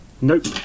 Nope